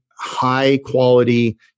high-quality